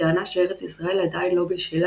בטענה שארץ ישראל עדיין לא בשלה